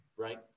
right